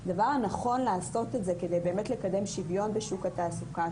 הדבר הנכון כדי לקדם שוויון בשוק התעסוקה,